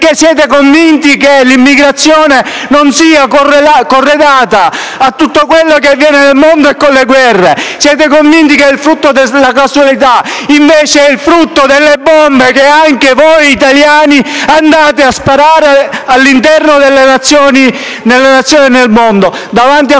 Siete convinti che l'immigrazione non sia correlata a tutto quello che avviene nel mondo e alle guerre. Siete convinti sia il frutto della casualità, mentre è frutto delle bombe che anche voi, italiani, andate a far esplodere nelle Nazioni del mondo. Davanti a